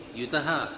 yutaha